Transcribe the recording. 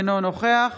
אינו נוכח